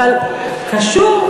מה קשור?